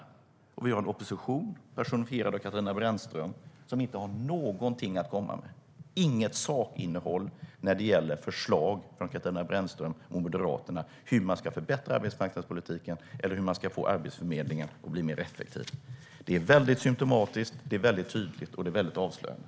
Så har vi en opposition, personifierad av Katarina Brännström, som inte har något sakinnehåll att komma med när det gäller förslag om hur man ska förbättra arbetsmarknadspolitiken eller hur man ska få Arbetsförmedlingen att bli mer effektiv. Det är väldigt symtomatiskt, det är väldigt tydligt och det är väldigt avslöjande.